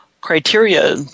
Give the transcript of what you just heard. criteria